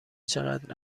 چقدر